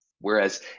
whereas